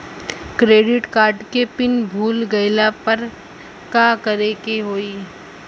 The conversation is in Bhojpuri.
क्रेडिट कार्ड के पिन भूल गईला पर का करे के होई?